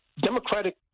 Democratic